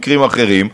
מקרים אחרים,